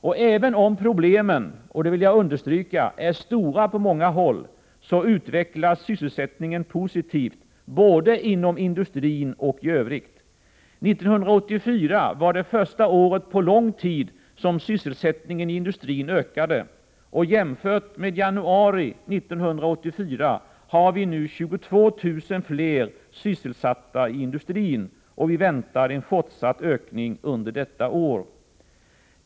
Och även om problemen är stora på många håll, så utvecklas sysselsättningen positivt både inom industrin och i övrigt. 1984 var det första året på lång tid under vilket sysselsättningen i industrin ökade. Jämfört med januari 1984 har vi nu 22 000 fler sysselsatta i industrin. Vi väntar en fortsatt ökning under 1985.